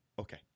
Okay